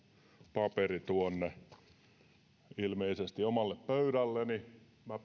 paperi ilmeisesti omalle pöydälleni